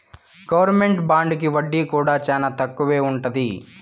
government బాండుకి వడ్డీ కూడా చానా తక్కువే ఉంటది